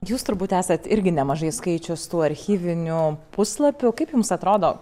jūs turbūt esat irgi nemažai skaičius tų archyvinių puslapių kaip jums atrodo